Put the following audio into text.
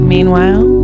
Meanwhile